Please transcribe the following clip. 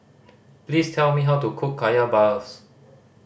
please tell me how to cook Kaya balls